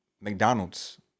McDonald's